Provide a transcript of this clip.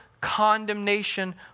condemnation